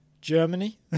germany